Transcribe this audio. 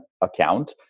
account